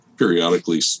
Periodically